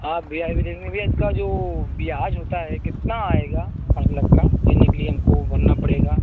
हाँ भैया भैया इसका जो ब्याज होता है कितना आएगा पाँच लाख का देने के लिए हम को भरना पड़ेगा